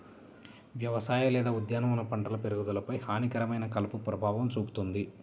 వ్యవసాయ లేదా ఉద్యానవన పంటల పెరుగుదలపై హానికరమైన కలుపు ప్రభావం చూపుతుంది